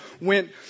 went